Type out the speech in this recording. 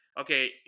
okay